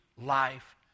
life